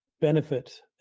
benefit